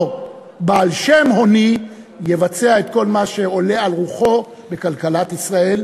בעל שם הוני יבצע את כל מה שעולה על רוחו בכלכלת ישראל,